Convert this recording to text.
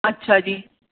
ਅੱਛਾ ਜੀ